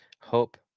Hope